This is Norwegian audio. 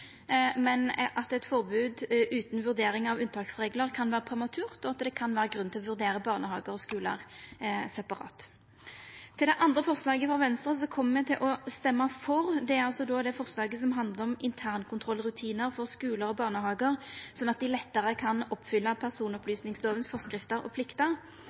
men at eit forbod utan vurdering av unntaksreglar kan vera prematurt, og det kan vera grunn til å vurdera barnehagar og skular separat. Det andre forslaget frå Venstre kjem me til å stemma for – det er det forslaget som handlar om internkontrollrutinar for skular og barnehagar, slik at dei lettare kan oppfylla personopplysingslovas forskrifter og plikter.